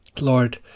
Lord